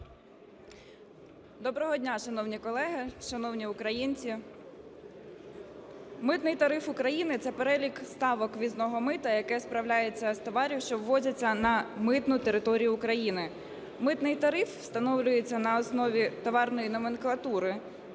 Доброго дня, шановні колеги, шановні українці. Митний тариф України – це перелік ставок ввізного мита, яке справляється з товарів, що ввозяться на митну територію України. Митний тариф встановлюється на основі товарної номенклатури